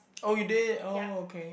oh you did oh okay